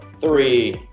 three